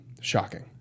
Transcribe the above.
shocking